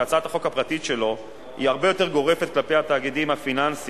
שהצעת החוק הפרטית שלו היא הרבה יותר גורפת כלפי התאגידים הפיננסיים,